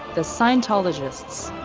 the scientologists.